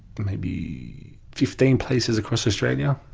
maybe fifteen places across australia.